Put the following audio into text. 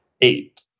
Eight